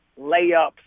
layups